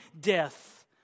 death